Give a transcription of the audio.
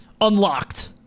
unlocked